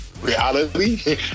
reality